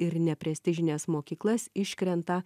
ir neprestižines mokyklas iškrenta